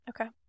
Okay